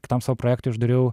kitam savo projektui aš dariau